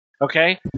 Okay